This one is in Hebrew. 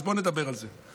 אז בואו נדבר על זה.